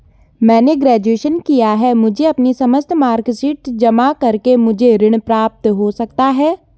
मैंने ग्रेजुएशन किया है मुझे अपनी समस्त मार्कशीट जमा करके मुझे ऋण प्राप्त हो सकता है?